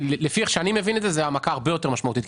לפי איך שאני מבין את זה זה העמקה הרבה יותר משמעותית,